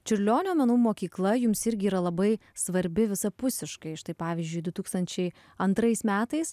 čiurlionio menų mokykla jums irgi yra labai svarbi visapusiškai štai pavyzdžiui du tūkstančiai antrais metais